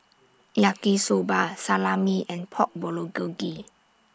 Yaki Soba Salami and Pork Bulgogi